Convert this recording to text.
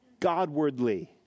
godwardly